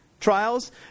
Trials